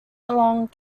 along